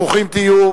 ברוכים תהיו.